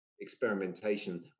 experimentation